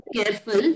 careful